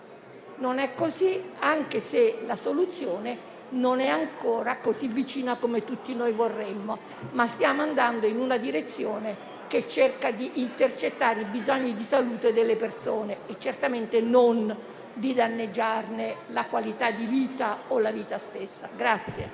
Non è così, anche se la soluzione non è ancora così vicina come tutti vorremmo. Stiamo però andando in una direzione che cerca di intercettare i bisogni di salute delle persone e certamente non di danneggiarne la qualità di vita o la vita stessa.